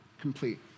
Complete